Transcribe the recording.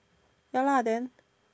ya lah then